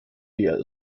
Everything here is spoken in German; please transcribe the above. leer